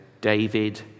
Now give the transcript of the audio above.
David